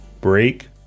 break